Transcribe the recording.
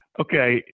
Okay